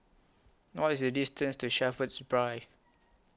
What IS The distance to Shepherds Drive